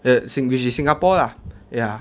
uh sing~ which is singapore lah ya